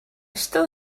still